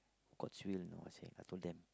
gods will know I say I told them